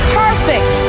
perfect